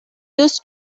used